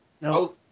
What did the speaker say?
No